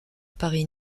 paris